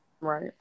Right